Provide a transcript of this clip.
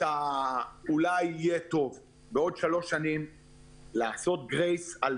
בעוד שלוש שנים נחזיר.